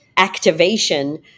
activation